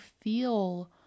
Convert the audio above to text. feel